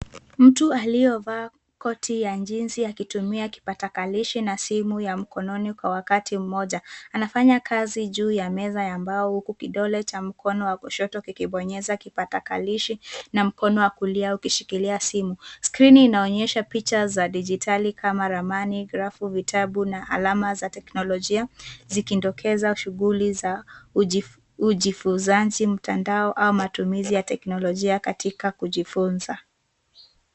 mtu aliyovaa koti ya jinsi akitumia kipakatilishi na simu ya mkononi kwa wakati mmoja anafanya kazi juu ya mbao huku kidole cha mkono wa kushoto ukibonyeza kipakatilishi na mkono wa kulia ukishikilia simu, skrini unaonyesha picha za kidijitali kama ramani grafu vitabu na alama za teknolojia zikidokeza shughuli za ujifunzaji mtandao au matumizi ya teknolojia katika kujifunza